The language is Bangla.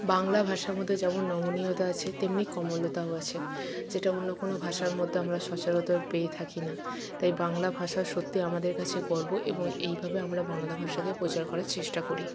বাংলা ভাষার মধ্যে যেমন নমনীয়তা আছে তেমনি কমলতাও আছে যেটা অন্য কোনো ভাষার মধ্যে আমরা সচারাতর পেয়ে থাকি না তাই বাংলা ভাষা সত্যি আমাদের কাছে গর্ব এবং এইভাবে আমরা বাংলা ভাষাকে প্রচার করার চেষ্টা করি